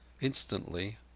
Instantly